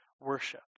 worship